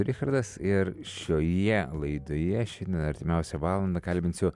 richardas ir šioje laidoje šiandien artimiausią valandą kalbinsiu